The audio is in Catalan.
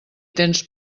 tens